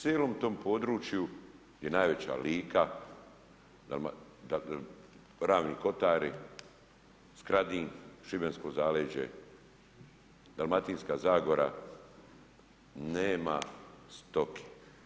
U cijelom tom području je najveća Lika, Ravni Kotari, Skradin, Šibensko zaleđe, Dalmatinska zagora, nema stoke.